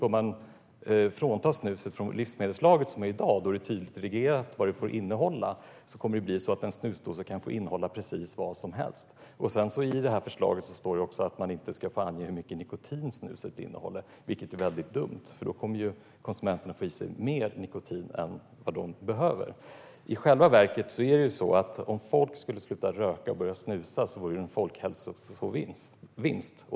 Om man tar bort snuset från livsmedelslagen, där det är i dag och där det är tydligt reglerat vad det får innehålla, kan en snusdosa i princip få innehålla precis vad som helst. I förslaget står det också att man inte ska få ange hur mycket nikotin snuset innehåller. Det är väldigt dumt, för då kommer konsumenterna att få i sig mer nikotin än vad de behöver. I själva verket är det så här: Om folk skulle sluta röka och börja snusa vore det en folkhälsovinst.